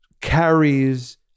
carries